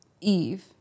Eve